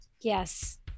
Yes